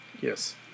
Yes